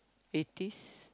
eighties